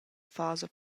fasa